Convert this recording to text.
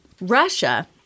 Russia